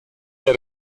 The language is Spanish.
para